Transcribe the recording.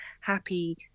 happy